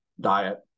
diet